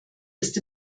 ist